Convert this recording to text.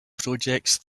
projects